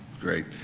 Great